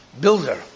Builder